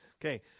Okay